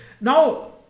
now